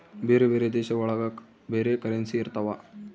ಬೇರೆ ಬೇರೆ ದೇಶ ಒಳಗ ಬೇರೆ ಕರೆನ್ಸಿ ಇರ್ತವ